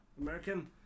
American